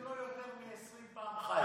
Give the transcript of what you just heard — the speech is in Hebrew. לא יותר מ-20 פעמים ח"י.